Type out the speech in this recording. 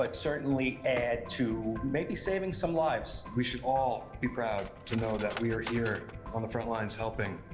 like certainly add to, maybe saving some lives. we should all be proud to know that we are here on the front lines helping,